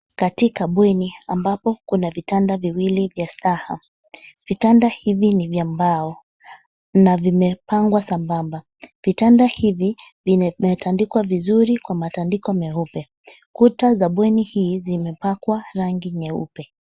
Katika bweni, ambapo kuna vitanda viwili vya staha. Vitanda hivi ni vya mbao, na vimepangwa sambamba. Vitanda hivi, vimetandikwa vizuri kwa matandiko meupe. Kuta za bweni hii, zimepakwa rangi nyeupe.